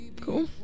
Cool